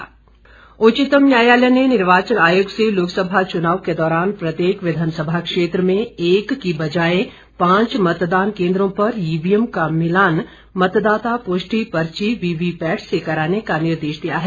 उच्च न्यायालय उच्चतम न्यायालय ने निर्वाचन आयोग से लोकसभा चुनाव के दौरान प्रत्येक विधानसभा क्षेत्र में एक की बजाय पांच मतदान केन्द्रों पर ईवीएम का मिलान मतदाता पुष्टि पर्ची वीवीपैट से कराने का निर्देश दिया है